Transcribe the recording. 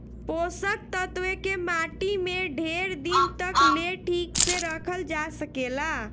पोषक तत्व के माटी में ढेर दिन तक ले ठीक से रखल जा सकेला